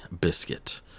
biscuit